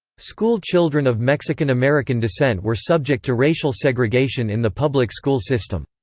school children of mexican american descent were subject to racial segregation in the public school system.